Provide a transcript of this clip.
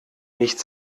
nicht